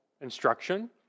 instruction